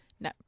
No